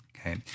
Okay